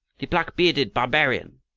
the black-bearded barbarian!